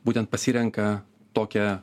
būtent pasirenka tokią